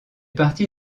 partie